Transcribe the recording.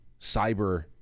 cyber